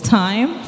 time